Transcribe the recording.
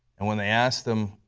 and when they asked him,